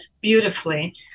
beautifully